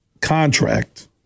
contract